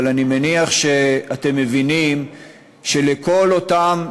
אבל אני מניח שאתם מבינים שלכל אותם